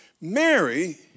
Mary